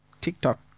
TikTok